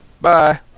Bye